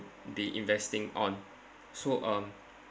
they investing on so um